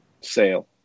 Sale